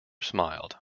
smiled